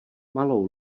malou